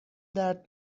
درد